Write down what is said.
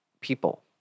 people